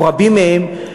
או רבים מהם,